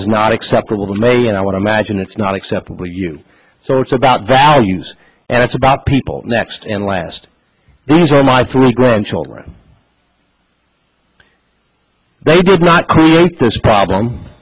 is not acceptable to may and i would imagine it's not acceptable to you so it's about values and it's about people next and last these are my three grandchildren they did not create this problem